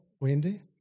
Wendy